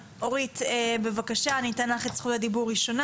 אורית בבקשה אני אתן לך את זכות הדיבור ראשונה,